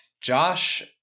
josh